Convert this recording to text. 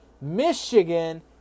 Michigan